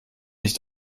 nicht